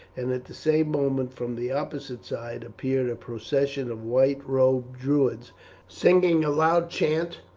and at the same moment, from the opposite side, appeared a procession of white robed druids singing a loud chant.